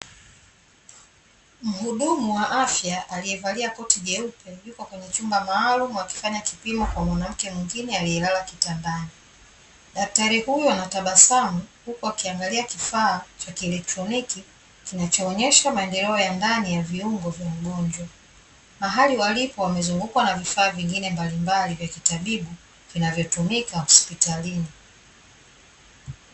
Mhudumu wa afya aliyevalia koti jeupe yupo kwenye chumba maalumu akifanya kipimo kwa mwanamke mwingine aliyelala kitandani. Daktari huyo ana tabasamu huku akiangalia kifaaa cha kielektroniki kinachoonyesha maendeleo ya ndani ya viungo vya mgonjwa, mahali walipo wamezungukwa na vifaa vingine mbalimbali vya kitabibu, vinavyotumika hospitalini.